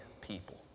people